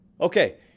Okay